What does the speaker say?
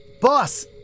Boss